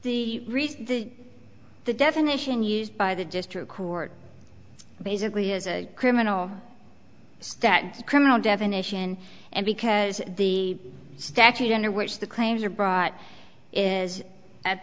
reason the definition used by the district court basically is a criminal statutes criminal definition and because the statute under which the claims are brought is a